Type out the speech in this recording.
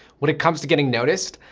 when it comes to getting noticed,